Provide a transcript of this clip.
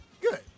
Good